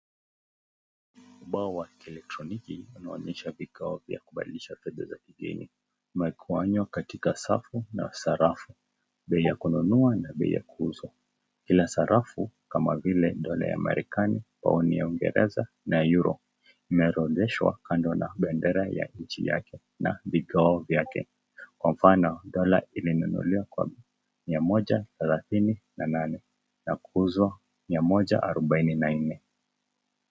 Hapa katikati ama hapa katikati ya mnao, kuna kanisa ya usalama katikati. Na mbele yao, kuna wanawake na watoto wao wameketi chini, wakiwa wameketi mbele ya nyumba, ambayo imejengwa kwa matope.